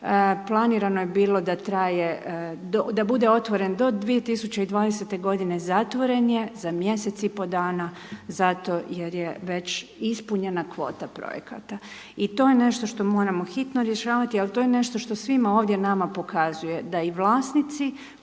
planirano je bilo da traje, da bude otvoren do 2020. godine zatvoren je za mjesec i pol dana zato jer je već ispunjena kvota projekata. I to je nešto što moramo hitno rješavati ali to je nešto što svima ovdje nama pokazuje da i vlasnici